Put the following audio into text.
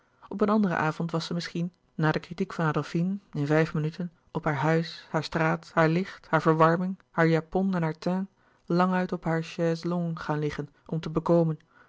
op een anderen avond was zij misschien na de kritiek van adolfine in vijf minuten op haar huis haar straat haar licht haar verwarming haar japon en haar teint lang uit op hare chaise-longue gaan liggen om te bekomen